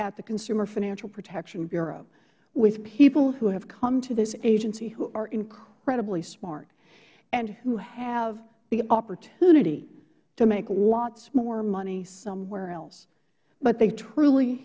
at the consumer financial protection bureau with people who have come to this agency who are incredibly smart and who have the opportunity to make lots more money somewhere else but they truly